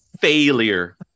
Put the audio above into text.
failure